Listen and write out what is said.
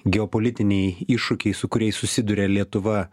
geopolitiniai iššūkiai su kuriais susiduria lietuva